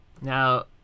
Now